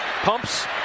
Pumps